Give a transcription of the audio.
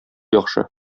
яхшы